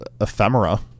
ephemera